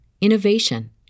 innovation